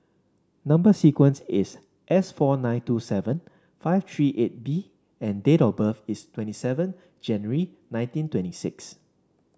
number sequence is S four nine two seven five three eight B and date of birth is twenty seven January nineteen twenty six